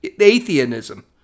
atheism